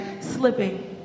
slipping